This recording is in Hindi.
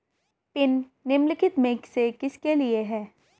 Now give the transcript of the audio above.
पिन निम्नलिखित में से किसके लिए है?